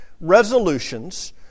resolutions